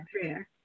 prayer